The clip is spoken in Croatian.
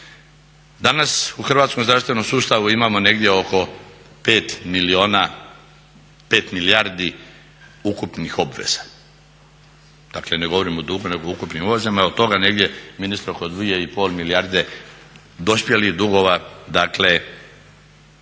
Danas u hrvatskom zdravstvenom sustavu imao negdje oko 5 milijuna, 5 milijardi ukupnih obaveza, dakle ne govorim o dugu nego ukupnim obvezama, i od toga negdje ministre oko 2,5 milijarde dospjelih dugova dakle